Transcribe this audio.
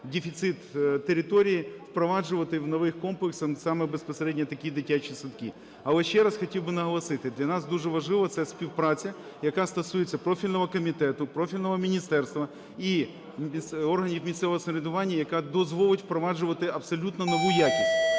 дефіцит території, впроваджувати в нових комплексах саме безпосередньо такі дитячі садки. Але ще раз хотів би наголосити, для нас дуже важливо – це співпраця, яка стосується профільного комітету, профільного міністерства і органів місцевого самоврядування, яка дозволить впроваджувати абсолютно нову якість.